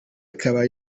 ikaba